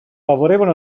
favorevole